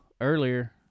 earlier